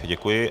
Děkuji.